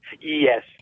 Yes